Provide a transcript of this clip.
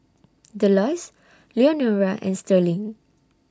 Delois Leonora and Sterling